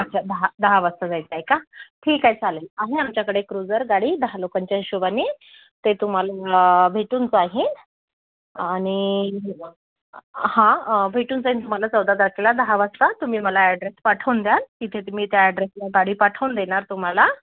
अच्छा दहा दहा वाजता जायचं आहे का ठीक आहे चालेल आहे आमच्याकडे क्रुजर गाडी दहा लोकांच्या हिशोबाने ते तुम्हाला भेटून पाहीन आणि हां भेटून जाईन तुम्हाला चौदा तारखेला दहा वाजता तुम्ही मला ॲड्रेस पाठवून द्याल तिथे मी त्या ॲड्रेसला गाडी पाठवून देणार तुम्हाला